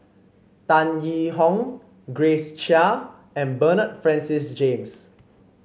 Tan Yee Hong Grace Chia and Bernard Francis James